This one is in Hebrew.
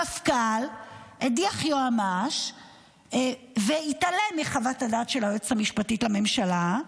המפכ"ל הדיח יועמ"ש והתעלם מחוות הדעת של היועצת המשפטית לממשלה,